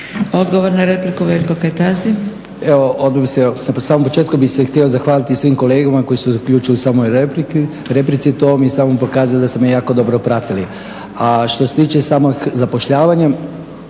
Odgovor na repliku, Veljko Kajtazi.